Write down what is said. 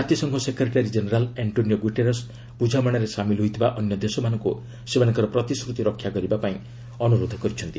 ଜାତିସଂଘ secretary general Antonio Guterres ବୁଝାମଣାରେ ସାମିଲ୍ ହୋଇଥିବା ଅନ୍ୟ ଦେଶମାନଙ୍କୁ ସେମାନଙ୍କର ପ୍ରତିଶ୍ରତି ରକ୍ଷା କରିବାକୁ ଅନୁରୋଧ କରିଛନ୍ତି